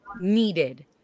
needed